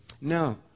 No